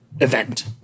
event